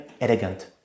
elegant